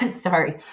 sorry